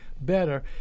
better